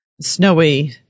snowy